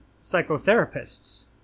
psychotherapists